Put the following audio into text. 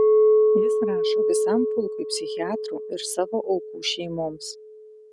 jis rašo visam pulkui psichiatrų ir savo aukų šeimoms